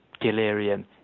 delirium